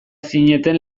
zineten